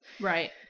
Right